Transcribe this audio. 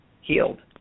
healed